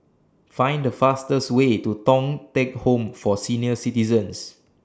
Find The fastest Way to Thong Teck Home For Senior Citizens